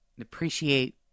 appreciate